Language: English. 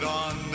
on